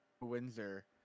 Windsor